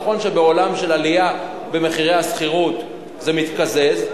נכון שבעולם של עלייה במחירי השכירות זה מתקזז,